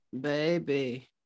Baby